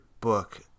book